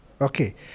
Okay